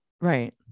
Right